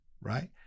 right